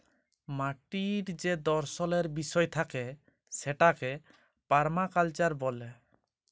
মাটির যে দর্শলের বিষয় থাকে সেটাকে পারমাকালচার ব্যলে